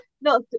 No